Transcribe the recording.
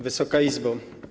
Wysoka Izbo!